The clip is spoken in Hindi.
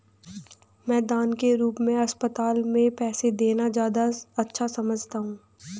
मैं दान के रूप में अस्पताल में पैसे देना ज्यादा अच्छा समझता हूँ